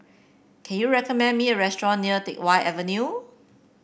can you recommend me a restaurant near Teck Whye Avenue